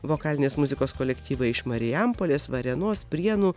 vokalinės muzikos kolektyvai iš marijampolės varėnos prienų